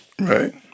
Right